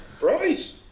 Right